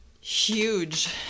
huge